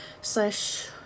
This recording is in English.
slash